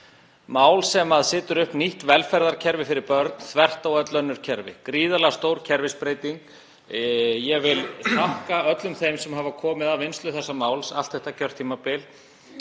mál sem setur upp nýtt velferðarkerfi fyrir börn þvert á öll önnur kerfi, gríðarlega stór kerfisbreyting. Ég vil þakka öllum þeim sem hafa komið að vinnslu málsins allt þetta kjörtímabil,